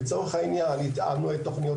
לצורך העניין התאמנו את תוכניות